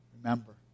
Remember